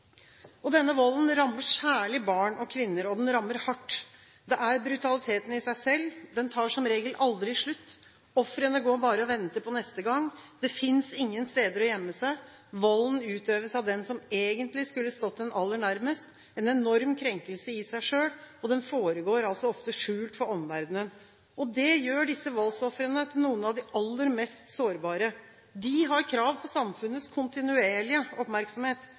på». Denne volden rammer særlig barn og kvinner, og den rammer hardt. Det er brutaliteten i seg selv. Den tar som regel aldri slutt; ofrene går bare og venter på neste gang, og det finnes ingen steder å gjemme seg. Volden utøves av den som egentlig skulle stått en aller nærmest – en enorm krenkelse i seg selv – og den foregår ofte skjult for omverdenen. Det gjør disse voldsofrene til noen av de aller mest sårbare. De har krav på samfunnets kontinuerlige oppmerksomhet.